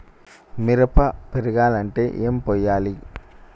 మిరప పెరగాలంటే ఏం పోయాలి?